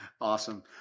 Awesome